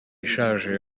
ishaje